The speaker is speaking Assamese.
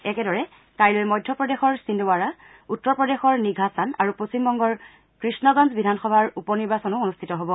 একেদৰে কাইলৈ মধ্যপ্ৰদেশৰ চিন্দৱাডা উত্তৰ প্ৰদেশৰ নিঘাচান আৰু পশ্চিমবংগৰ কৃষ্ণগঞ্জ বিধানসভাৰ উপ নিৰ্বাচনো অনুষ্ঠিত হ'ব